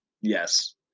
Yes